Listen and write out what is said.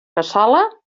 cassola